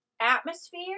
atmosphere